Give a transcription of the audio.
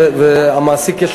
ולמעסיק יש